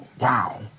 Wow